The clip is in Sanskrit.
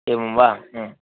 एवं वा